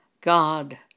God